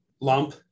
lump